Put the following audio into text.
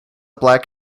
black